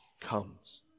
comes